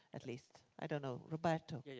at least. i don't know, roberto?